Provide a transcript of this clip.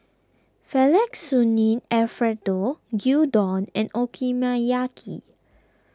Fettuccine Alfredo Gyudon and Okonomiyaki